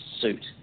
suit